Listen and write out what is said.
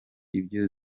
ibyo